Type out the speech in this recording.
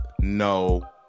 no